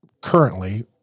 currently